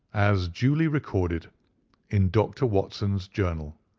as duly recorded in dr. watson's journal,